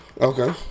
Okay